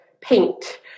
paint